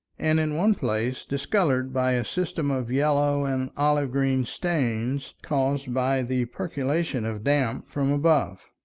and in one place discolored by a system of yellow and olive-green stains caused by the percolation of damp from above.